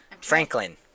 Franklin